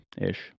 Ish